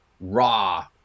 raw